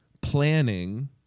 planning